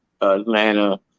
Atlanta